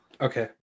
Okay